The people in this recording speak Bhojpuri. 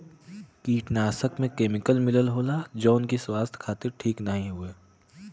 कीटनाशक में केमिकल मिलल होला जौन की स्वास्थ्य खातिर ठीक नाहीं हउवे